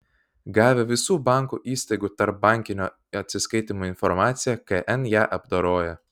gavę visų bankų įstaigų tarpbankinių atsiskaitymų informaciją kn ją apdoroja